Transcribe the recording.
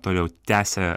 toliau tęsia